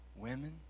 women